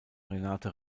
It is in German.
renate